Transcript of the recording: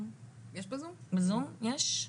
טוב.